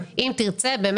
אם תרצה,